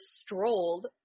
strolled